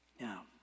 Now